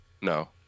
No